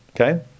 Okay